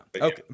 Okay